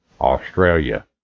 Australia